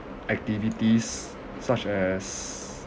activities such as